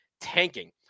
tanking